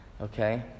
Okay